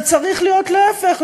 זה צריך להיות להפך,